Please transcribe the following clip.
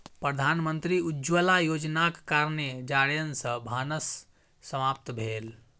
प्रधानमंत्री उज्ज्वला योजनाक कारणेँ जारैन सॅ भानस समाप्त भेल